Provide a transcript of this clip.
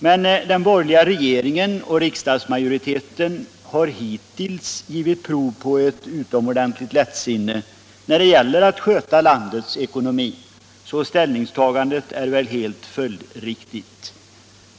Men den borgerliga regeringen och riksdagsmajoriteten har hittills givit prov på ett utomordentligt lättsinne när det gäller att sköta landets ekonomi, så ställningstagandet är väl helt följdriktigt.